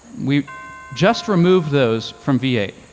we just removed those from v eight.